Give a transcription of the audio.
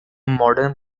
modern